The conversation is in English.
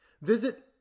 Visit